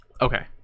okay